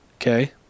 Okay